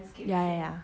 ya ya ya